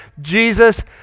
Jesus